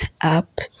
up